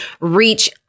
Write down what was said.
reach